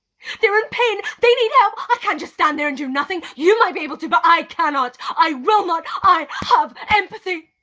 they're in pain. they need help, i can't just stand here and do nothing. you might be able to but i cannot. i will not. i have empathy!